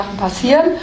passieren